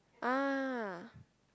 ah